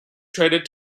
traded